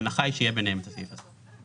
ההנחה היא שיהיה ביניהם את הסעיף הזה.